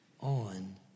on